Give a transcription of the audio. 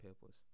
purpose